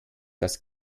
das